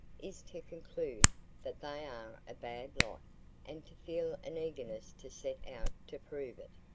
is to conclude that they are a bad lot and to feel an eagerness to set out to prove it.